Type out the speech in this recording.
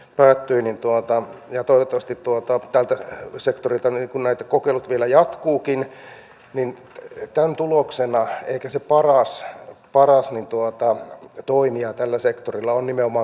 pää tyyny tuhatta ja talletusten tuotto tältä sektorilta kun yksi keskeinen asia mitä tarvitaan näihin lentoyhteyksiin on se että on ihmisiä jotka käyttävät näitä yhteyksiä